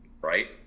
right